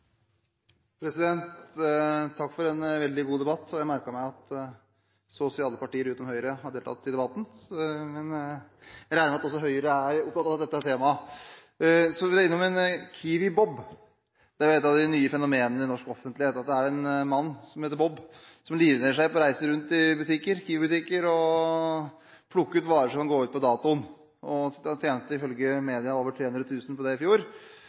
Takk for en veldig god debatt. Jeg merket meg at så å si alle partier – utenom Høyre – har deltatt i debatten, men jeg regner med at også Høyre er opptatt av dette temaet. Så vil jeg innom Kiwi-Bob, som er et av de nye fenomenene i norsk offentlighet. Det er en mann som heter Bob, som livnærer seg på å reise rundt i Kiwi-butikker og plukke ut varer som går ut på dato, og han tjente ifølge media over 300 000 kr på dette i fjor.